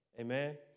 Amen